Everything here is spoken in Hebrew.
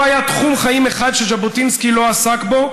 לא היה תחום חיים אחד שז'בוטינסקי לא עסק בו,